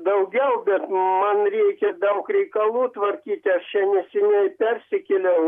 daugiau bet man reikia daug reikalų tvarkyti aš čia neseniai persikėliau